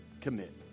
Commit